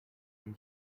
and